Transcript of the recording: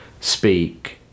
speak